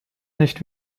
nicht